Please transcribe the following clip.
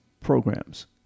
programs